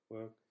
Work